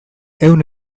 ehun